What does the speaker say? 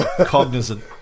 cognizant